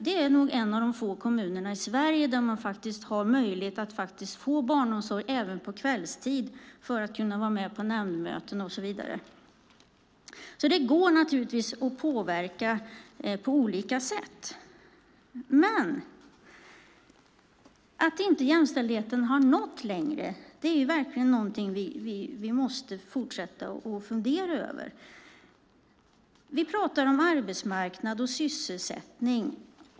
Det är nog en av de få kommunerna i Sverige där det faktiskt finns möjlighet att få barnomsorg även på kvällstid för att kunna vara med på nämndmöten och så vidare. Det går naturligtvis att påverka på olika sätt. Att jämställdheten inte har nått längre är verkligen något vi måste fortsätta att fundera över. Vi pratar om arbetsmarknad och sysselsättning.